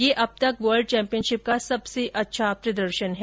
यह अब तक वर्ल्ड चैम्पियनशिप का सबसे अच्छा प्रदर्शन है